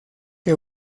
que